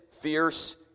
fierce